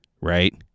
right